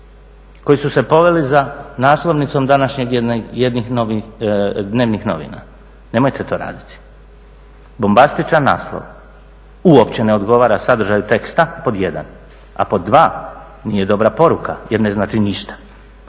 koji su se poveli za naslovnicom današnjeg jednih dnevnih novina nemojte to raditi. Bombastičan naslov uopće ne odgovara sadržaju teksta pod jedan, a pod dva nije dobra poruka jer ne znači ništa.